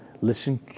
Listen